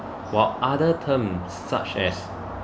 while other terms such as